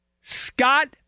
Scott